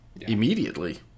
immediately